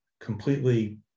completely